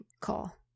call